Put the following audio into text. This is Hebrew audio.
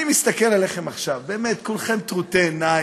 אני מסתכל עליכם עכשיו, כולכם טרוטי עיניים,